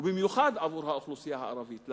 ובמיוחד עבור האוכלוסייה הערבית.